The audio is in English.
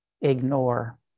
Ignore